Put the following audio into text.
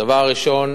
הדבר הראשון,